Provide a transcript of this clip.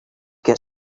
get